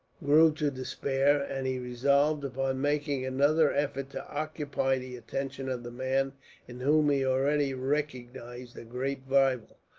grew to despair and he resolved upon making another effort to occupy the attention of the man in whom he already recognized a great rival,